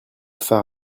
far